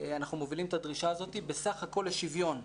אנחנו מובילים את הדרישה הזאת בסך הכול לשוויון.